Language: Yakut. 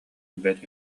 билбэт